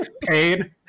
pain